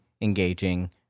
engaging